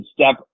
step